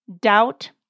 doubt